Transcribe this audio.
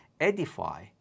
edify